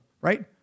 right